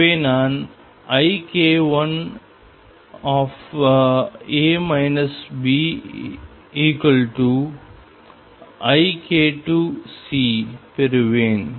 எனவே நான் ik1A Bik2C பெறுவேன்